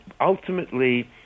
ultimately